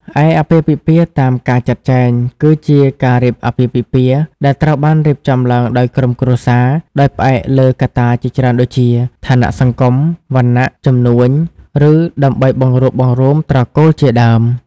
ឯអាពាហ៍ពិពាហ៍តាមការចាត់ចែង គឺជាការរៀបអាពាហ៍ពិពាហ៍ដែលត្រូវបានរៀបចំឡើងដោយក្រុមគ្រួសារ ដោយផ្អែកលើកត្តាជាច្រើនដូចជា ឋានៈសង្គម វណ្ណៈ ជំនួញ ឬដើម្បីបង្រួបបង្រួមត្រកូលជាដើម។